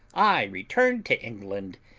i returned to england,